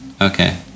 Okay